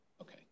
Okay